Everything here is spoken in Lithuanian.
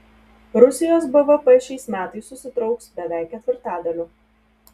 rusijos bvp šiais metais susitrauks beveik ketvirtadaliu